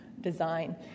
design